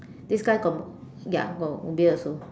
this guy got ya got beard also